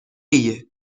ایه